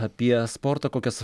apie sportą kokias